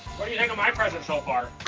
what do you think of my present so far?